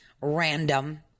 random